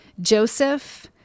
Joseph